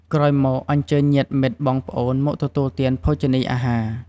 ក្រោយមក អញ្ជើញញាតិមិត្ត បងប្អូនមកទទួលទានភោជនីអាហារ។